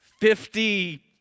fifty